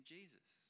Jesus